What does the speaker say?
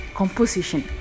composition